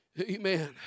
Amen